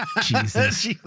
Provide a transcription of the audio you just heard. Jesus